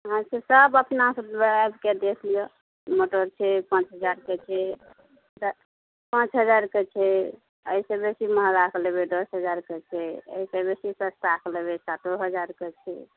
हँ सब अपना सब आबि कऽ देख लिअ मोटर छै पाँच हजारके छै पाँच हजारके छै एहिसे बेसी महगाके लेबै दस हजारके छै एहि सऽ बेसी सस्ताके लेबै सातो हजारके छै